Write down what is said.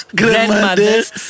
grandmother's